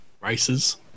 races